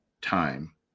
time